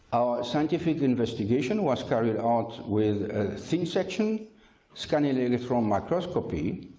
scientific investigation was carried out with a thin section scanning electron microscope.